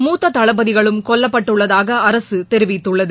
மூத்த தளபதிகளும் கொல்லபட்டுள்ளதாக அரசு தெரிவித்துள்ளது